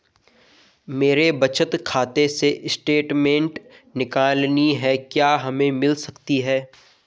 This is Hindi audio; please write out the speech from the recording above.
मेरे बचत खाते से स्टेटमेंट निकालनी है क्या हमें मिल सकती है?